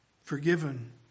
Forgiven